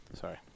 Sorry